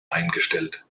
eingestellt